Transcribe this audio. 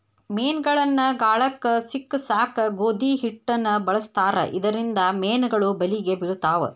ಮೇನಗಳನ್ನ ಗಾಳಕ್ಕ ಸಿಕ್ಕಸಾಕ ಗೋಧಿ ಹಿಟ್ಟನ ಬಳಸ್ತಾರ ಇದರಿಂದ ಮೇನುಗಳು ಬಲಿಗೆ ಬಿಳ್ತಾವ